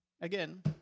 Again